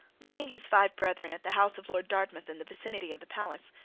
leaving his five brethren at the house of lord dartmouth in the vicinity of the palace,